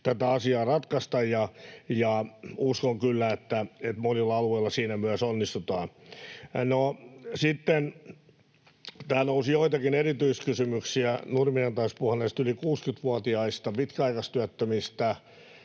tätä asiaa ratkaista, ja uskon kyllä, että monilla alueilla siinä myös onnistutaan. No sitten täällä nousi joitakin erityiskysymyksiä. Nurminen taisi puhua näistä yli 60-vuotiaista pitkäaikaistyöttömistä